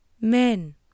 Men